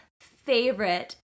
favorite